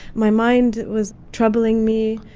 my mind was troubling me.